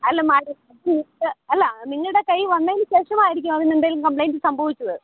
അല്ല madam see അല്ല നിങ്ങളുടെ കയ്യിൽ വന്നതിനു ശേഷമായിരിക്കും അതിനെന്തെങ്കിലും കമ്പ്ലൈൻറ്റ് സംഭവിച്ചത്